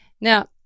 now